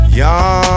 young